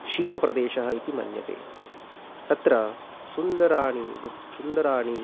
शीतप्रदेशः इति मन्यते तत्र सुन्दराणि वृक् सुन्दराणि